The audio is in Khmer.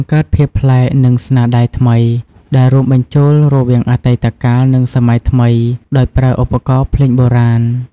បង្កើតភាពប្លែក និងស្នាដៃថ្មី ដែលរួមបញ្ចូលរវាងអតីតកាល និងសម័យថ្មី ដោយប្រើឧបករណ៍ភ្លេងបុរាណ។